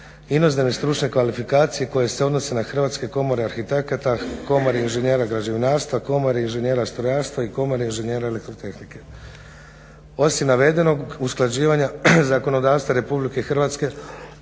inozemnih stručnih kvalifikacija koje se odnose na Hrvatske komore arhitekata, Komore inženjera građevinarstva, Komore inženjera strojarstva i Komore inženjera elektrotehnike. Osim navedenog usklađivanja zakonodavstva Republike Hrvatske